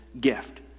gift